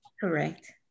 correct